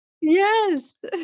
Yes